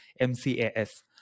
MCAS